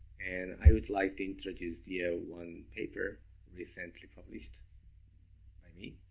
and i would like to introduce here one paper recently published by me.